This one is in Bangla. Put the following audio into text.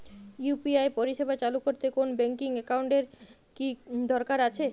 ইউ.পি.আই পরিষেবা চালু করতে কোন ব্যকিং একাউন্ট এর কি দরকার আছে?